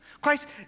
Christ